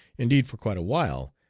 indeed for quite a while,